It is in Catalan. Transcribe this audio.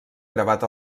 gravat